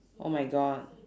oh my god